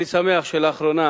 אני שמח שלאחרונה